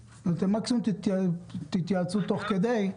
מקסימום, תתייעצו תוך כדי דיון.